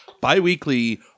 bi-weekly